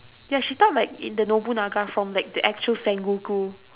ya she thought like in the nobunaga from like the actual sengoku